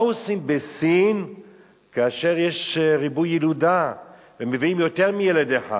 מה עושים בסין כאשר יש ריבוי ילודה ומביאים יותר מילד אחד?